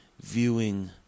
viewing